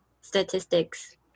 statistics